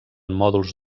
mòduls